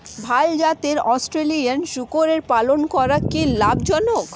ভাল জাতের অস্ট্রেলিয়ান শূকরের পালন করা কী লাভ জনক?